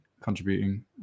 contributing